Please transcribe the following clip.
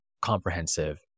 comprehensive